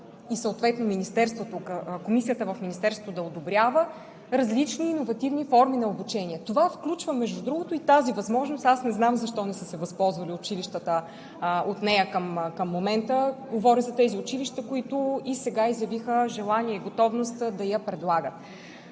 и съответно комисията в Министерството да одобрява различни иновативни форми на обучение. Това включва, между другото, и тази възможност. Аз не знам защо не са се възползвали училищата от нея към момента – говоря за тези училища, които и сега изявиха желание и готовност да я предлагат.